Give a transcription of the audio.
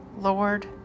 Lord